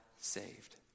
saved